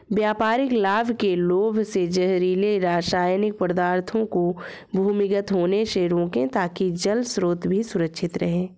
व्यापारिक लाभ के लोभ से जहरीले रासायनिक पदार्थों को भूमिगत होने से रोकें ताकि जल स्रोत भी सुरक्षित रहे